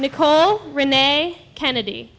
nicole rene kennedy